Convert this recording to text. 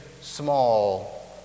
small